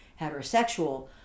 heterosexual